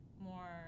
more